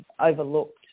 overlooked